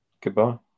Goodbye